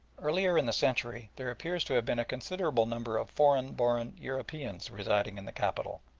earlier in the century there appears to have been a considerable number of foreign-born europeans residing in the capital,